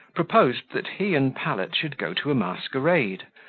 proposed that he and pallet should go to a masquerade,